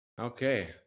Okay